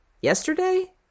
Yesterday